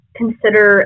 consider